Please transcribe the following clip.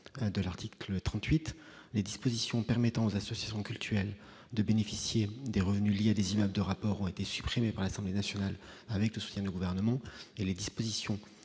de l'article 38 les dispositions permettant aux associations cultuelles de bénéficier des revenus liés à des images de rapports ont été supprimés par l'Assemblée nationale avec le soutiennent le gouvernement et les dispositions